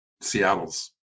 seattle's